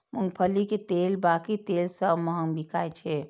मूंगफली के तेल बाकी तेल सं महग बिकाय छै